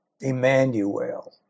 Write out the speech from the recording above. Emmanuel